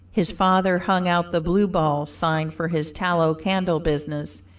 his father hung out the blue ball sign for his tallow candle business,